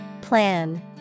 Plan